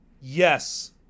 yes